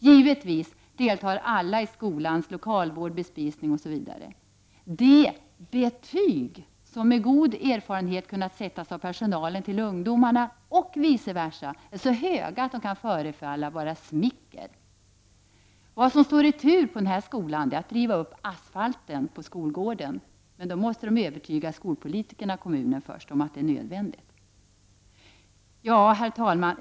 Givetvis deltar alla i skolans lokalvård, bespisning osv. De ”betyg” som med god erfarenhet har kunnat sättas av personalen till ungdomarna och vice versa, är så höga att de kan förefalla vara smicker. Vad som står i tur på denna skola är att riva upp asfalten på skolgården! Man då måste de först övertyga skolpolitikerna i kommunen om att det är nödvändigt. Herr talman!